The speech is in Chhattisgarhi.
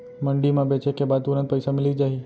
मंडी म बेचे के बाद तुरंत पइसा मिलिस जाही?